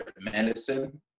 medicine